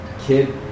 kid